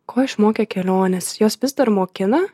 ko išmokė kelionės jos vis dar mokina